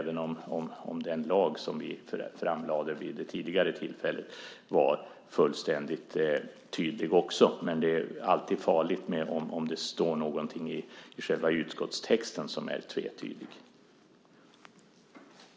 Den lag som vi framlade vid det tidigare tillfället var i och för sig också fullständigt tydlig, men det är alltid farligt om det står någonting i själva utskottstexten som är tvetydigt.